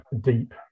deep